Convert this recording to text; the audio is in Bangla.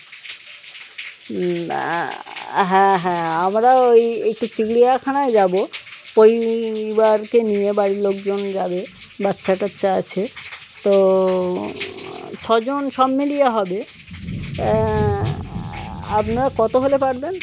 হ্যাঁ হ্যাঁ আমরা ওই একটু চিড়িয়াখানায় যাবো পরিবারকে নিয়ে বাড়ির লোকজন যাবে বাচ্চা টাচ্চা আছে তো ছজন সব মিলিয়ে হবে আপনার কতো হলে পারবেন